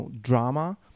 drama